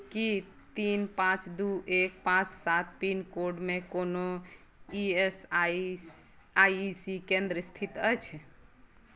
कि तीन पाँच दुइ एक पाँच सात पिनकोडमे कोनो ई एस आइ सी केन्द्र स्थित अछि